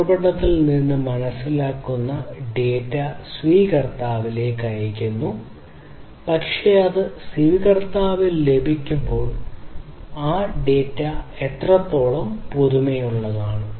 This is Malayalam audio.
ഉറവിടത്തിൽ നിന്ന് മനസ്സിലാക്കുന്ന ഡാറ്റ സ്വീകർത്താവിലേക്ക് അയയ്ക്കുന്നു പക്ഷേ അത് സ്വീകർത്താവിൽ ലഭിക്കുമ്പോൾ ആ ഡാറ്റ എത്രത്തോളം പുതുമയുള്ളതാണ്